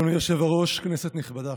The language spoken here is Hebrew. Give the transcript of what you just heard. אדוני היושב-ראש, כנסת נכבדה,